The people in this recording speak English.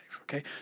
okay